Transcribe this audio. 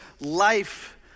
life